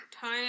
time